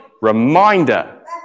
reminder